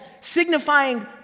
signifying